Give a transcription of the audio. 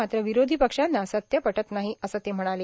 मात्र विरोधी पक्षांना सत्य पटत नाही असं ते म्हणाले